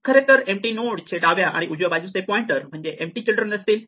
खरेतर empty node चे डाव्या आणि उजव्या बाजूचे पॉइंटर म्हणजे एम्पटी चिल्ड्रन असतील